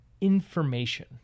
information